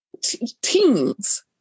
teens